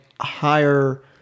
higher